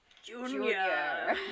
Junior